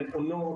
למעונות,